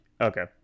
okay